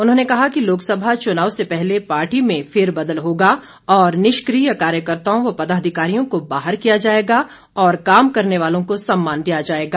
उन्होंने कहा कि लोकसभा चुनाव से पहले पार्टी में फेरबदल होगा और निष्क्रिय कार्यकर्ताओं व पदाधिकारियों को बाहर किया जाएगा और काम करने वालों को सम्मान दिया जाएगा